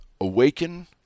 awaken